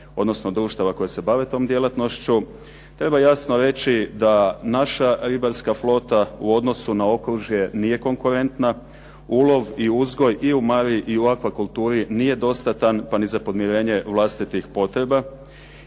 odnosno društava koje se bave tom djelatnošću. Treba jasno reći da naša ribarska flota u odnosu na okružje nije konkurentna. Ulov i uzgoj i u mari i aqua kulturi nije dostatan pa ni za podmirenje vlastitih potpora.